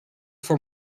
for